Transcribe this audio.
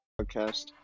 Podcast